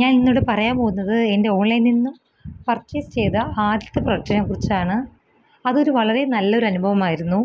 ഞാന് ഇന്നിവിടെ പറയാന് പോകുന്നത് എന്റെ ഓണ്ലൈനില് നിന്നും പര്ച്ചേസ് ചെയ്ത ആദ്യത്തെ പ്രോടക്ടിനെക്കുറിച്ചാണ് അതൊരു വളരെ നല്ലൊരു അനുഭവമായിരുന്നു